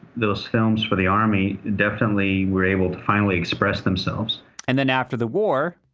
those films for the army. definitely were able to finally express themselves and then after the war,